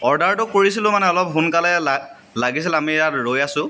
অৰ্ডাৰটো কৰিছিলোঁ মানে অলপ সোনকালে লা লাগিছিল আমি ইয়াত ৰৈ আছোঁ